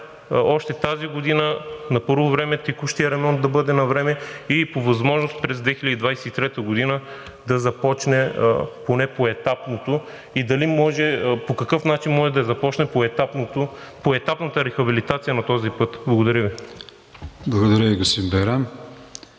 още тази година на първо време текущият ремонт да бъде навреме и по възможност през 2023 г. да започне поне поетапното и по какъв начин може да започне поетапната рехабилитация на този път? Благодаря Ви. ПРЕДСЕДАТЕЛ АТАНАС